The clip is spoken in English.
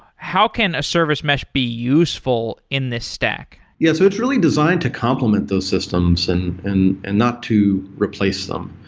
how can a service mesh be useful in this stack? yeah. so it's really designed to complement those systems and and not to replace them.